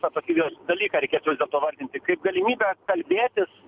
tą tokį jos dalyką reikėtų pavardinti kaip galimybę kalbėtis